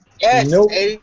Yes